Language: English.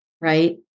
right